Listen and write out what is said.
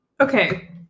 Okay